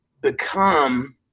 become